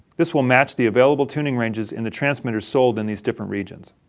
this will match the available tuning ranges in the transmitters sold in these different regions.